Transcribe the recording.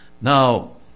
Now